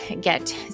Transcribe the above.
get